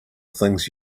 things